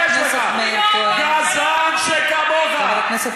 חבר הכנסת